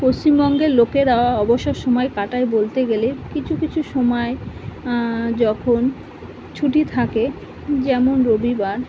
পশ্চিমবঙ্গের লোকেরা অবসর সময় কাটায় বলতে গেলে কিছু কিছু সময় যখন ছুটি থাকে যেমন রবিবার